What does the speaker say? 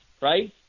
right